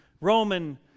Roman